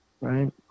right